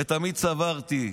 ותמיד סברתי,